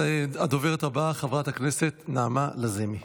הדוברת הבאה, חברת הכנסת נעמה לזימי.